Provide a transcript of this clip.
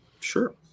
Sure